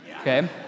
okay